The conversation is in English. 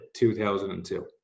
2002